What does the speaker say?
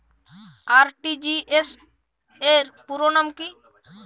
RTGS র পুরো নাম কি?